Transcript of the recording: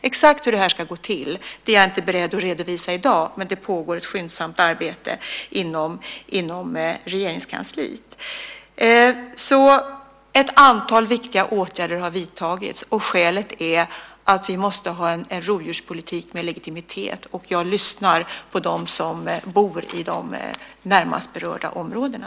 Exakt hur det ska gå till är jag inte beredd att redovisa i dag. Men det pågår ett skyndsamt arbete inom Regeringskansliet. Ett antal viktiga åtgärder har vidtagits. Skälet är att vi måste ha en rovdjurspolitik med legitimitet. Jag lyssnar på dem som bor i de närmast berörda områdena.